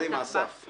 קדימה, אסף.